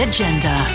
Agenda